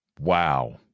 Wow